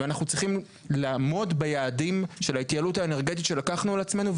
ואנחנו צריכים לעמוד ביעדים של ההתייעלות האנרגטית שלקחנו על עצמנו,